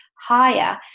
higher